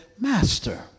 Master